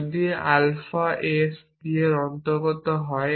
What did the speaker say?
যদি alpha s p এর অন্তর্গত হয়